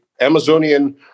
Amazonian